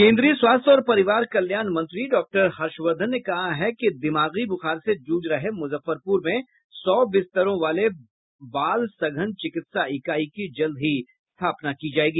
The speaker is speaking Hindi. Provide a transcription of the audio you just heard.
केन्द्रीय स्वास्थ्य और परिवार कल्याण मंत्री डॉक्टर हर्षवर्द्वन ने कहा है कि दिमागी ब्रखार से जूझ रहे मुजफ्फरपूर में सौ बिस्तरों वाले बाल सघन चिकित्सा इकाई की जल्द ही स्थापना की जायेगी